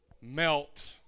Melt